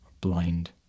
Blind